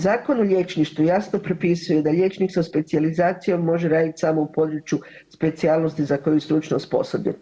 Zakon o liječništvu jasno propisuje da liječnik sa specijalizacijom može raditi samo u području specijalnosti za koju je stručno osposobljen.